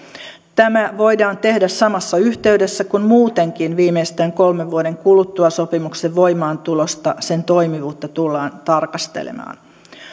tämä voidaan tehdä samassa yhteydessä kun muutenkin viimeistään kolmen vuoden kuluttua sopimuksen voimaantulosta sen toimivuutta tullaan tarkastelemaan